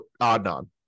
Adnan